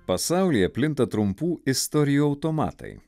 pasaulyje plinta trumpų istorijų automatai